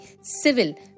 civil